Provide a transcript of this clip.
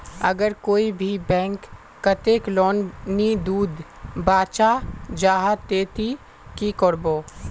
अगर कोई भी बैंक कतेक लोन नी दूध बा चाँ जाहा ते ती की करबो?